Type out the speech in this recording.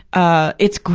ah, it's,